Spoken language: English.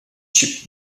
chip